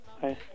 Hi